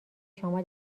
شما